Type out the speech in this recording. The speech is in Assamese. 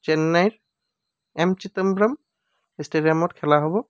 চেন্নাইত এম চিদাম্বৰম ষ্টেডিয়ামত খেলা হ'ব